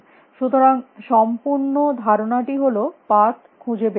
সুতরাং সম্পূর্ণ ধারণাটি হল পাথখুঁজে বার করার